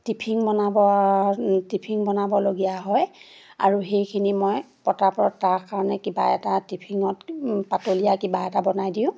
tiffin বনাব tiffin বনাবলগীয়া হয় আৰু সেইখিনি মই পটাপট তাৰ কাৰণে কিবা এটা টিফিনত পাতলীয়া কিবা এটা বনাই দিওঁ